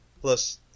Plus